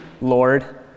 Lord